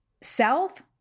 self